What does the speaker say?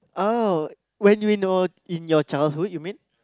oh when you in your in your childhood you mean